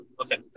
Okay